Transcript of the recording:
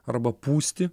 arba pūsti